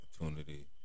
opportunity